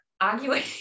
arguing